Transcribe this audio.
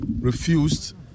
refused